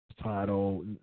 title